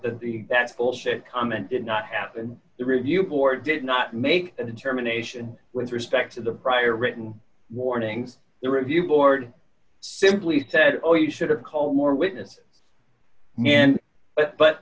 that's bullshit comment did not happen the review board did not make a determination with respect to the prior written warnings the review board simply said oh you should have called more witness it but but